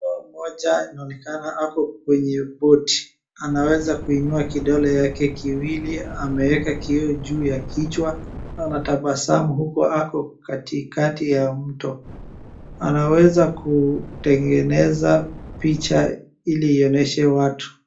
[?] anaonekana ako kwenye boti, anaweza kuinua kidole yake kiwili ameweka kioo juu ya kichwa, anatabasamu huku ako katikati ya mto. Anaweza kutengeneza picha ili aionyeshe watu.